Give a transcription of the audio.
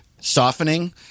softening